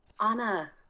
Anna